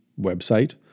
website